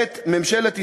עת ממשלת ישראל,